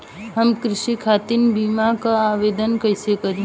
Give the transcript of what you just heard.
हम कृषि खातिर बीमा क आवेदन कइसे करि?